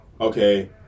Okay